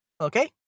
Okay